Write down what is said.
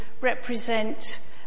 represent